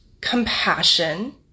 compassion